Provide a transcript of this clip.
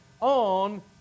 on